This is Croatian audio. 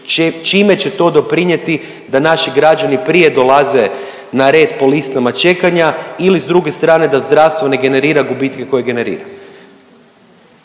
čime će to doprinijeti da naši građani prije dolaze na red po listama čekanja ili s druge strane da zdravstvo ne generira gubitke koje generira.